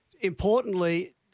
importantly